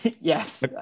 Yes